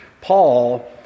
Paul